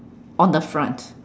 on the front